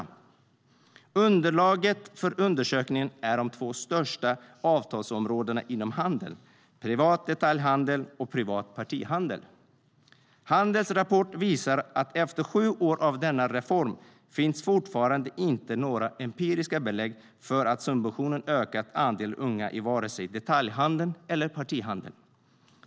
Underlaget för undersökningen är de två största avtalsområdena inom handeln - privat detaljhandel och privat partihandel. Handels rapport visar att efter sju år av denna reform finns fortfarande inte några empiriska belägg för att subventionen har ökat andelen unga i vare sig detaljhandeln eller partihandeln.